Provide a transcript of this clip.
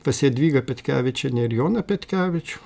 pas jadvygą petkevičienę ir joną petkevičių